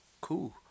Cool